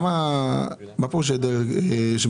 מה פירוש היעדר?